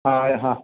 ആ ആ